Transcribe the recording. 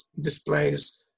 displays